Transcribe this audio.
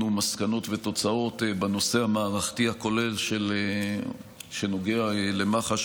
מסקנות ותוצאות בנושא המערכתי הכולל שנוגע למח"ש,